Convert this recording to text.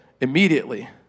immediately